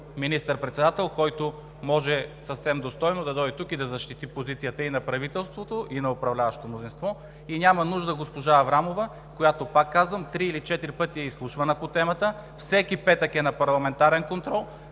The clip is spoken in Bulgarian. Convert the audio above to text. министър-председател, който може съвсем достойно да дойте тук и да защити позицията и на правителството, и на управляващото мнозинство. Няма нужда от госпожа Аврамова, която, пак казвам: три или четири пъти е изслушвана по темата, всеки петък е на парламентарен контрол,